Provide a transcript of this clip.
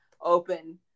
open